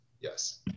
yes